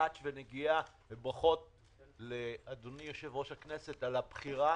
ברכות ליושב-ראש הכנסת על הבחירה.